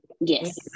Yes